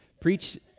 Preach